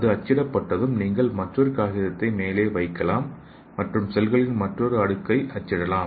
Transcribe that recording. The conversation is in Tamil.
இது அச்சிடப்பட்டதும் நீங்கள் மற்றொரு காகிதத்தை மேலே வைக்கலாம் மற்றும் செல்களின் மற்றொரு அடுக்கை அச்சிடலாம்